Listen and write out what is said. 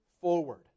forward